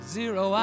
zero